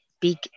big